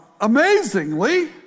amazingly